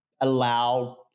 allow